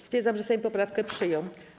Stwierdzam, że Sejm poprawkę przyjął.